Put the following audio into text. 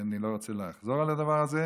אני לא רוצה לחזור על הדבר הזה.